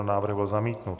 Návrh byl zamítnut.